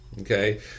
Okay